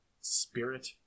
spirit